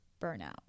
burnout